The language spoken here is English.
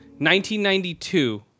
1992